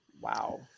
wow